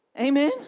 Amen